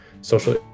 social